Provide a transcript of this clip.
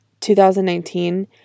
2019